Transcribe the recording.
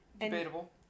Debatable